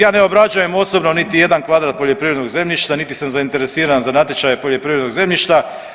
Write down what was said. Ja ne obrađujem osobno niti jedan kvadrat poljoprivrednog zemljišta niti sam zainteresiran za natječaje poljoprivrednog zemljišta.